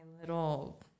little